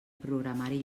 programari